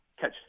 catch